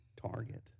target